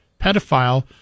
pedophile